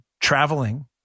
traveling